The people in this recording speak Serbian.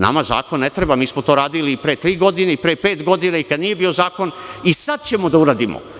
Nama zakon ne treba, mi smo to radili i pre tri godine i pre pet godina, kada nije bio zakon, a i sada ćemo da uradimo.